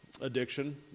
Addiction